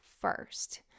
first